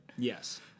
Yes